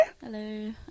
Hello